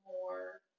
more